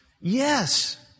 Yes